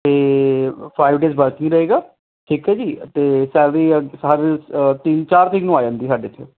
ਅਤੇ five days working ਰਹੇਗਾ ਠੀਕ ਹੈ ਜੀ ਅਤੇ ਸੈਲਰੀ ਤਿੰਨ ਚਾਰ ਤਰੀਕ ਨੂੰ ਆ ਜਾਂਦੀ ਸਾਡੇ ਇੱਥੇ